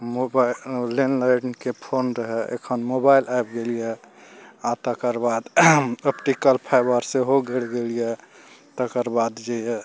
mobile लैंड लाइनके phone रहय एखन मोबाइल आबि गेल यऽ आओर तकर बाद ऑप्टिकल फाइवर सेहो गड़ि गेल यऽ तकर बाद जे यऽ